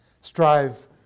Strive